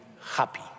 happy